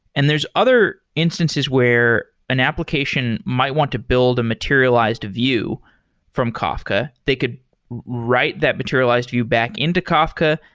and there's other instances where an application might want to build a materialized view from kafka. they could write that materialized to you back into kafka.